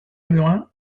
loin